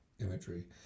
imagery